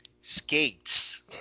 skates